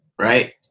right